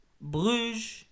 Bruges